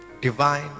divine